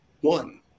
One